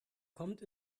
kommt